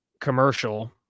commercial